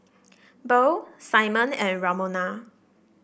Beryl Simon and Ramona